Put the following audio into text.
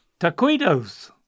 Taquitos